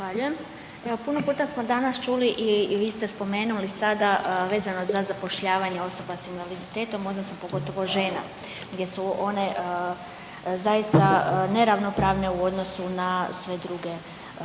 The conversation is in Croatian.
Pa puno puta smo danas čuli i vi ste spomenuli sada vezano za zapošljavanje osoba s invaliditetom pogotovo žena gdje su one zaista neravnopravne u odnosu na sve druge